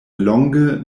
longe